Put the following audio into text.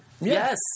Yes